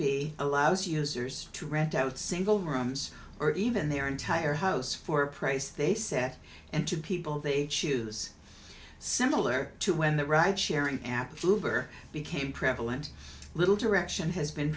b allows users to rent out single rooms or even their entire house for a price they set and to the people they choose similar to when the ride sharing app fluker became prevalent little direction has been